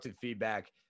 feedback